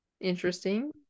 interesting